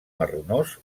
marronós